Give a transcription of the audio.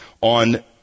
on